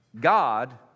God